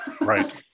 right